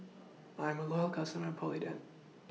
I'm A Loyal customer Polident